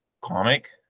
comic